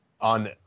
on